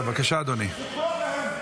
בבקשה, אדוני, עשר דקות.